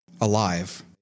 Alive